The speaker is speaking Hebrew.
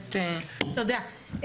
באמת --- תודה,